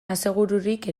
asegururik